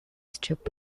strip